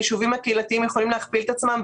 היישובים הקהילתיים יכולים להכפיל את עצמם,